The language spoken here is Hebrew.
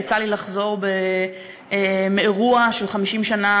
יצא לי לחזור מאירוע של ציון 50 שנה